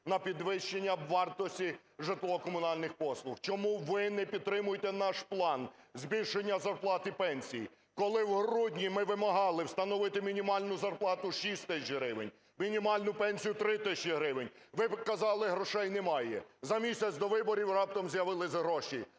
на підвищення вартості житлово-комунальних послуг. Чому ви не підтримуєте наш план: збільшення зарплат і пенсій? Коли в грудні ми вимагали встановити мінімальну зарплату 6 тисяч гривень, мінімальну пенсію 3 тисячі гривень, ви казали, грошей немає. За місяць до виборів раптом з'явились гроші.